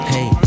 Hey